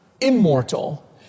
immortal